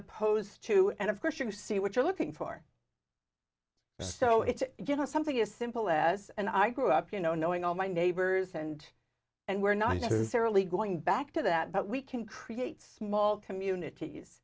opposed to and of course you see what you're looking for so it's just something as simple as and i grew up you know knowing all my neighbors and and we're not necessarily going back to that but we can create small communities